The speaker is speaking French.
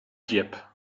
dieppe